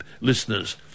listeners